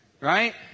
right